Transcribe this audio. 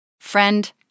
friend